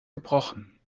gebrochen